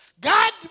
God